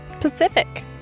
Pacific